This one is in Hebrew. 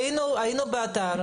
היינו באתר,